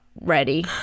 ready